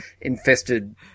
infested